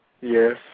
Yes